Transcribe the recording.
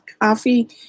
coffee